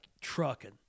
trucking